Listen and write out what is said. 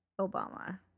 Obama